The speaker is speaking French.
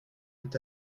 tout